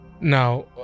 now